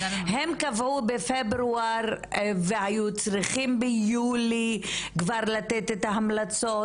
הם קבעו בפברואר והיו צריכים ביולי כבר לתת את ההמלצות,